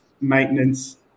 maintenance